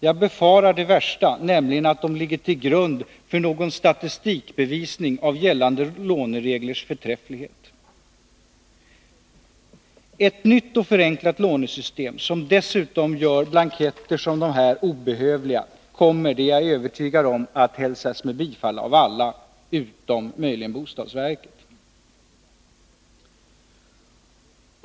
Jag befarar det värsta, nämligen att de ligger till grund för någon statistikbevisning av gällande lånereglers förträfflighet. Ett nytt och förenklat lånesystem, som dessutom gör blanketter som dessa obehövliga, kommer — det är jag övertygad om — att hälsas med bifall av alla, utom möjligen bostadsverket.